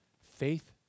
faith